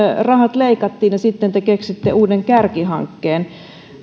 rahat leikattiin ja sitten te keksitte uuden kärkihankkeen